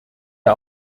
der